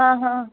ஆ ஆ